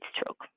stroke